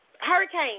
Hurricane